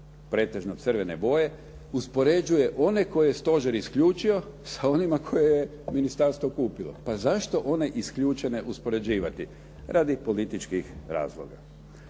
pretežno crvene boje, uspoređuje one koje je Stožer isključio sa onima koje je ministarstvo kupilo. Pa zašto one isključene uspoređivati? Radi političkih razloga.